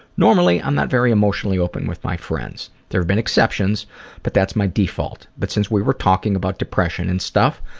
normally i'm not very emotionally open with my friends. there have been exceptions but that's my default. but since we were talking about depression and stuff,